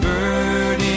Bird